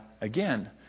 again